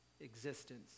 existence